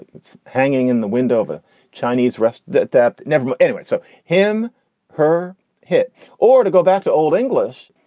it's hanging in the window of a chinese restaurant that that never met anyway so him her hit or to go back to old english,